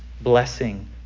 blessing